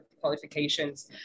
qualifications